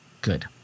Good